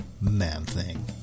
Man-Thing